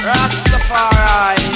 Rastafari